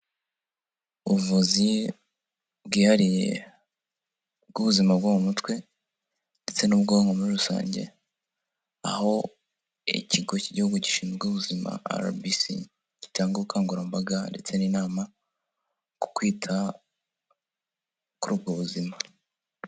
Ubuvuzi bwihariye bw'ubuzima bwo mu mutwe ndetse n'ubwonko muri rusange aho ikigo cy'igihugu gishinzwe ubuzima arabisi gitanga ubukangurambaga ndetse n'inama ku kwita kuri ubwo buzima.